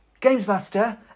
Gamesmaster